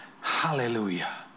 Hallelujah